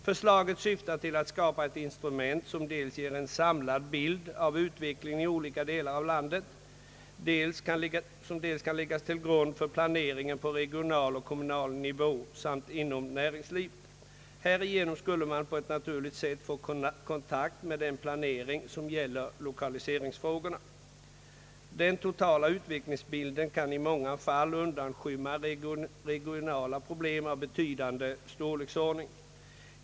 Förslaget syftar till att skapa ett instrument som dels ger en samlad bild av utvecklingen i olika delar av landet, dels kan läggas till grund för planeringen på regional och kommunal nivå samt inom <näringslivet. Härigenom skulle man på ett naturligt sätt få kontakt med den planering som gäller lokaliseringsfrågorna. Den totala utvecklingsbilden kan i många fall undanskymma regionala problem av betydande storleksordning.